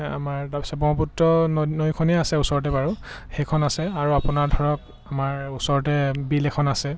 আমাৰ তাৰপিছত ব্ৰহ্মপুত্ৰ নৈখনেই আছে ওচৰতে বাৰু সেইখন আছে আৰু আপোনাৰ ধৰক আমাৰ ওচৰতে বিল এখন আছে